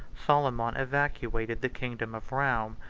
soliman evacuated the kingdom of roum,